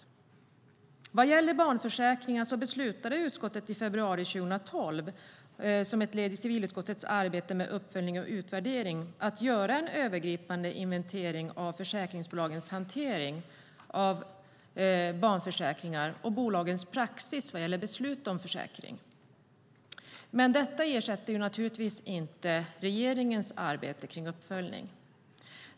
När det gäller barnförsäkringar beslutade utskottet i februari 2012, som ett led i civilutskottets arbete med uppföljning och utvärdering, att göra en övergripande inventering av försäkringsbolagens hantering av barnförsäkringar och bolagens praxis vad gäller beslut om försäkring. Det ersätter naturligtvis inte regeringens arbete med uppföljning.